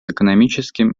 экономическим